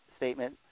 statement